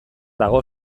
dago